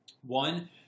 one –